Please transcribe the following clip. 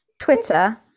twitter